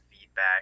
feedback